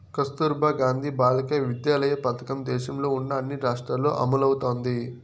కస్తుర్బా గాంధీ బాలికా విద్యాలయ పథకం దేశంలో ఉన్న అన్ని రాష్ట్రాల్లో అమలవుతోంది